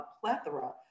plethora